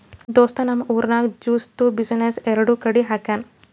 ನಮ್ ದೋಸ್ತ್ ನಮ್ ಊರಾಗ್ ಜ್ಯೂಸ್ದು ಬಿಸಿನ್ನೆಸ್ ಎರಡು ಕಡಿ ಹಾಕ್ಯಾನ್